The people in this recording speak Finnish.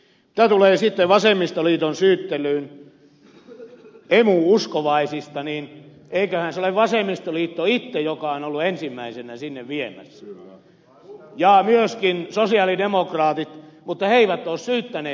mitä tulee sitten vasemmistoliiton syyttelyyn emu uskovaisista niin eiköhän se ole vasemmistoliitto itse joka on ollut meitä ensimmäisenä sinne viemässä ja myöskin sosialidemokraatit mutta he eivät ole syyttäneetkään muita